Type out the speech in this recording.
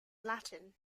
latin